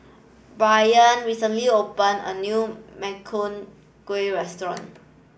Braylen recently opened a new Makchang Gui Restaurant